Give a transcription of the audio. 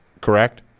correct